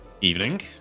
Evening